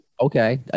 Okay